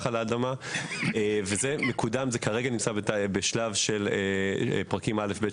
זה מקודם כרגע ונמצא בשלב של פרקים א'-ב'